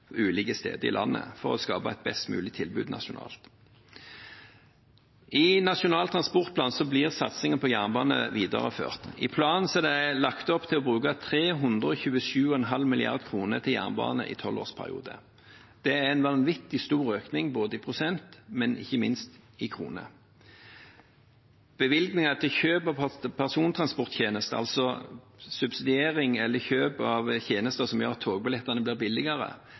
ulike steder i landet for å skape et best mulig tilbud nasjonalt. I Nasjonal transportplan blir satsingen på jernbanen videreført. I planen er det lagt opp til å bruke 327,5 mrd. kr til jernbanen i tolvårsperioden. Det er en vanvittig stor økning, både i prosent og, ikke minst, i kroner. Bevilgninger til kjøp av persontransporttjenester, altså subsidiering eller kjøp av tjenester som gjør at togbillettene blir billigere,